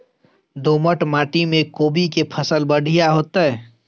दोमट माटी में कोबी के फसल बढ़ीया होतय?